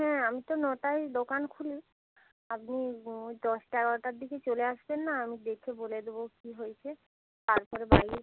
হ্যাঁ আমি তো নটায় দোকান খুলি আপনি ওই দশটা এগারোটার দিকে চলে আসবেন না আমি দেখে বলে দেবো কী হয়েছে তারপরে বাই